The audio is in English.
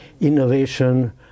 innovation